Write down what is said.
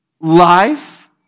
life